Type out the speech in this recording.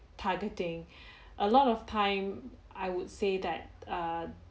targeting a lot of time I would say that err